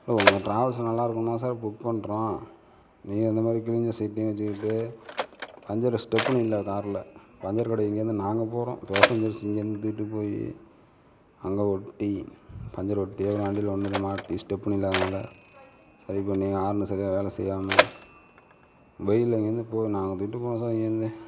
இல்லை உங்க ட்ராவல்ஸ் நல்லாயிருக்கும்னு தான் புக் பண்றோம் நீங்க இந்த மாதிரி கிழிஞ்ச சீட்டையும் வச்சிக்கிட்டு பஞ்சர் ஸ்டெப்னி இல்லை காரில் பஞ்சர் கடைக்கு இங்கயிருந்து நாங்கள் போகிறோம் பேஸேன்ஜர்ஸ் இங்கயிருந்து தூக்கிட்டு போய் அங்கே ஒட்டி பஞ்சர் ஒட்டி அப்புறம் வண்டியில கொண்டு வந்து மாட்டி ஸ்டெப்னி இல்லாததனால் சரி பண்ணி ஹார்ன் சரியா வேலை செய்யாமல் வெயில்ல இங்கயிருந்து போய் நாங்கள் தூக்கிட்டு போனோம் சார் இங்கயிருந்து